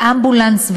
לאמבולנס,